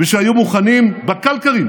ושהיו מוכנים בקלקרים,